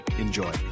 Enjoy